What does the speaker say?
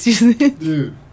dude